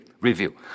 review